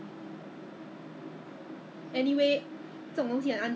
it so 你可以看得到他们在那边做那个那种糕饼这些的